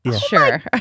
sure